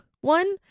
one